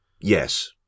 Yes